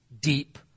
deep